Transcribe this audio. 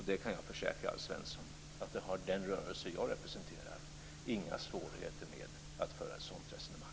Jag kan försäkra Alf Svensson att den rörelse som jag representerar inte har några svårigheter med att föra ett sådant resonemang.